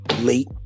late